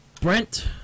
Brent